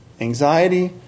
Anxiety